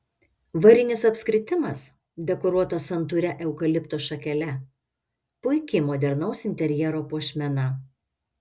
varinis apskritimas dekoruotas santūria eukalipto šakele puiki modernaus interjero puošmena